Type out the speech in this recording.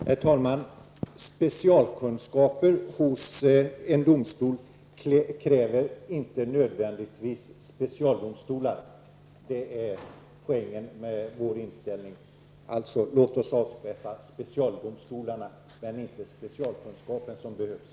Herr talman! Specialkunskaper hos en domstol kräver inte nödvändigtvis specialdomstolar, det är poängen med vår inställning. Låt oss därför avskaffa specialdomstolarna men inte den specialkunskap som behövs.